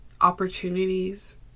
opportunities